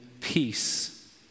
peace